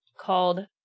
called